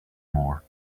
more